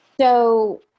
So-